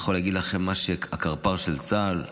אבל אני יכול להגיד לכם מה שהקרפ"ר של צה"ל אומר,